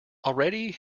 already